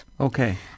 Okay